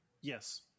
Yes